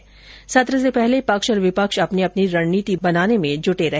budget सत्र से पहले पक्ष और विपक्ष अपनी अपनी रणनीति बनान्न में जुटे रहे